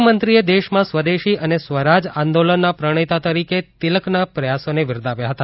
ગૃહમંત્રીએ દેશમાં સ્વદેશી અને સ્વરાજ આંદોલનના પ્રણેતા તરીકે તિલકના પ્રયાસોને બિરદાવ્યા હતા